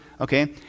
okay